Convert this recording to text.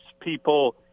people